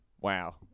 wow